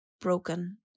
broken